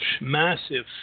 massive